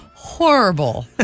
Horrible